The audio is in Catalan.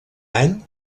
any